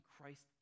Christ